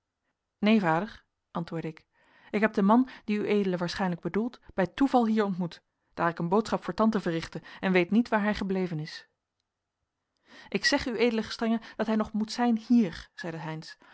neen vader antwoordde ik ik heb den man dien ued waarschijnlijk bedoelt bij toeval hier ontmoet daar ik een boodschap voor tante verrichtte en weet niet waar hij gebleven is ik zeg uw ed gestr dat hij nog moet zijn hier zeide